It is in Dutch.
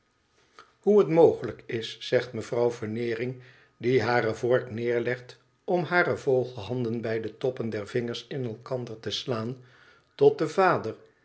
hoe het mogelijk is zegt mevrouw veneering die hare vork neerlegt om hare vogelhanden bij de toppen der vingers in elkander te slaan tot den vader